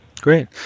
Great